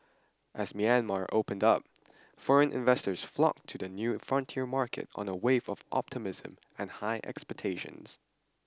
as Myanmar opened up foreign investors flocked to the new frontier market on a wave of optimism and high expectations